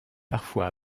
parfois